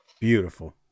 Beautiful